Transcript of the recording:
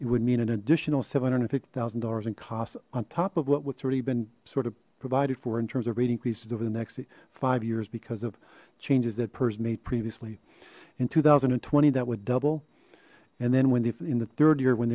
it would mean an additional seven hundred fifty thousand dollars in cost on top of what what's already been sort of provided for in terms of rate increases over the next five years because of changes that pers made previously in two thousand and twenty that would double and then when the in the third year when